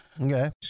Okay